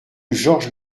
georges